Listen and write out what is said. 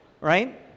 Right